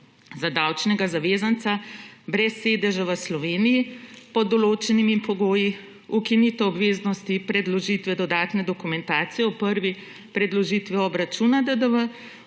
za davčnega zavezanca brez sedeža v Sloveniji pod določenimi pogoji, ukinitev obveznosti predložitve dodatne dokumentacije ob prvi predložitvi obračuna DDV,